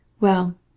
Well